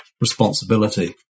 responsibility